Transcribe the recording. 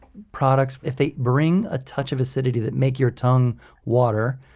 products. if they bring a touch of acidity that makes your tongue water,